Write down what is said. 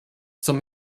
zum